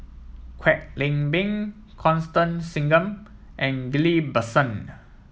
Kwek Leng Beng Constance Singam and Ghillie Basan